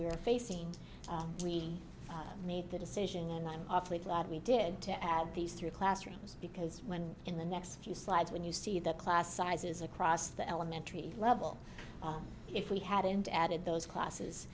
are facing we made the decision and i'm awfully glad we did to add these three classrooms because when in the next few slides when you see the class sizes across the elementary level if we hadn't added those classes